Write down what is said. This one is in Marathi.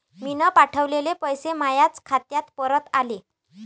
मीन पावठवलेले पैसे मायाच खात्यात परत आले